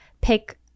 pick